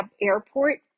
Airport